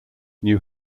new